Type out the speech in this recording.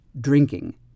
drinking